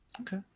okay